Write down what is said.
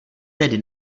tedy